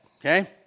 okay